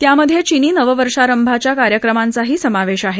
त्यामध्ये चिनी नववर्षारंभाच्या कार्यक्रमांचाही समावेश आहे